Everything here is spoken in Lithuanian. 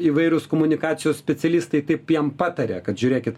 įvairūs komunikacijos specialistai taip jiem pataria kad žiūrėkit